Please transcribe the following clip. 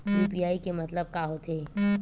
UPI के मतलब का होथे?